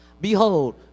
Behold